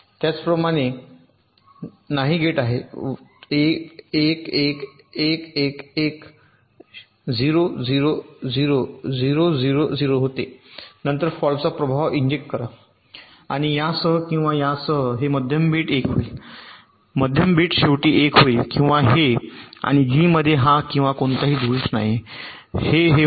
त्याचप्रमाणे नाही गेट आहे 1 1 1 1 1 0 0 0 0 0 0 होते नंतर फॉल्टचा प्रभाव इंजेक्ट करा आणि यासह किंवा यासह हे मध्यम बीट 1 होईल मध्यम बिट शेवटी 1 होईल किंवा हे आणि G मध्ये हा किंवा कोणताही दोष नाही हे हे होते